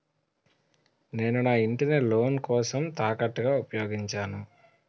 నేను నా ఇంటిని లోన్ కోసం తాకట్టుగా ఉపయోగించాను